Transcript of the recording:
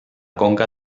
conca